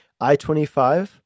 I-25